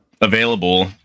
Available